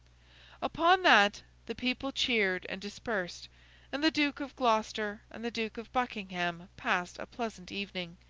upon that, the people cheered and dispersed and the duke of gloucester and the duke of buckingham passed a pleasant evening,